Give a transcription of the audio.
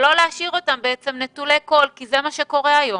ולא להשאיר אותם נטולי כל כי זה מה שקורה היום.